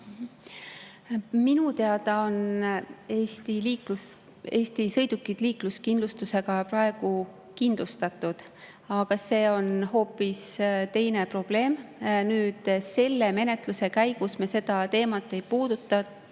Minu teada on Eesti sõidukid praegu liikluskindlustusega kindlustatud, aga see on hoopis teine probleem. Selle menetluse käigus me seda teemat ei puudutanud